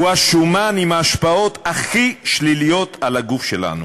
הוא השומן עם ההשפעות הכי שליליות על הגוף שלנו.